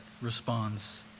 responds